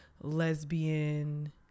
lesbian